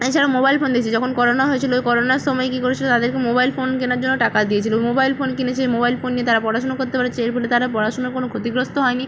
এছাড়া mobile phone দিয়েছে যখন করোনা হয়েছিল করোনার সময় কী করেছিল তাদেরকে মোবাইল ফোন কেনার জন্য টাকা দিয়েছিল মোবাইল ফোন কিনেছে মোবাইল ফোন নিয়ে তারা পড়াশুনো করতে পেরেছে এর ফলে তারা পড়াশুনো কোনো ক্ষতিগ্রস্ত হয়নি